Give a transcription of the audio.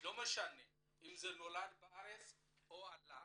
לא משנה אם נולד בארץ או שעלה,